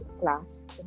class